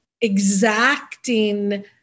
exacting